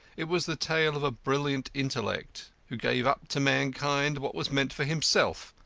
it was the tale of a brilliant intellect, who gave up to mankind what was meant for himself,